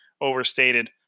overstated